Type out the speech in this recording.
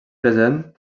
present